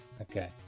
Okay